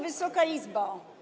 Wysoka Izbo!